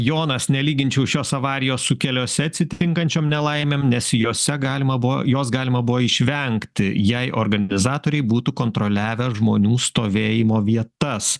jonas nelyginčiau šios avarijos su keliuose atsitinkančiom nelaimėm nes jose galima buvo jos galima buvo išvengti jei organizatoriai būtų kontroliavę žmonių stovėjimo vietas